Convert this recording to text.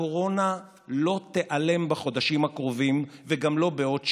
הקורונה לא תיעלם בחודשים הקרובים וגם לא בעוד שנה.